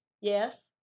Yes